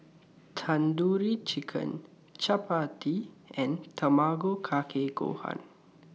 Tandoori Chicken Chapati and Tamago Kake Gohan